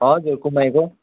हजुर कुमाईको